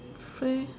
free